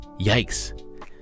Yikes